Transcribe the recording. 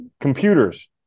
computers